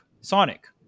Sonic